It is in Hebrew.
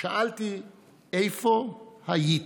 שעשה שינוי מהפכני בירושלים,